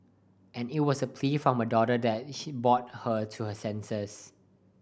and it was a plea from her daughter that he brought her to her senses